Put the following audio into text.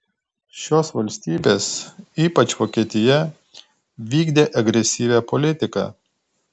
šios valstybės ypač vokietija vykdė agresyvią politiką